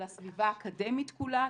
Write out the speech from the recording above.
על הסביבה האקדמית כולה,